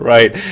Right